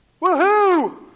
Woohoo